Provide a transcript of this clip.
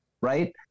right